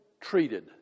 treated